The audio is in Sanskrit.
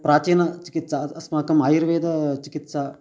प्राचीनचिकित्सा अस्माकम् आयुर्वेदचिकित्सा